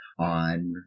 on